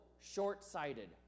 short-sighted